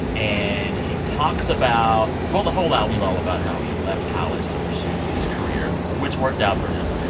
and he talks about well, the whole album's all about how he left college to pursue his career, which worked out for him.